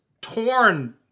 torn